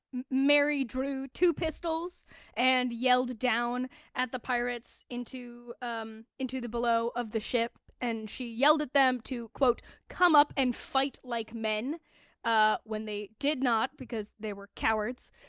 mary drew two pistols and yelled down at the pirates into um into the below of the ship. and she yelled at them to, quote, come up and fight like men ah when they did not, because they were cowards,